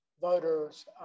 voters